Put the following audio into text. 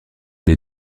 des